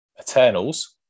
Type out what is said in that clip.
eternals